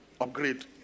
Upgrade